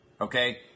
Okay